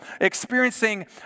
experiencing